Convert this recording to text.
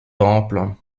temple